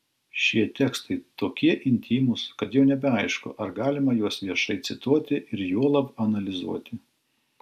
šie tekstai tokie intymūs kad jau nebeaišku ar galima juos viešai cituoti ir juolab analizuoti